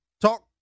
talk